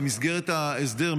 במסגרת ההסדר,